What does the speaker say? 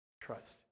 Trust